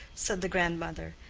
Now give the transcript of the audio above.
said the grandmother.